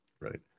right